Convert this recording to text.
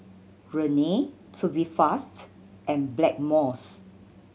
Rene Tubifast and Blackmores